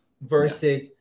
versus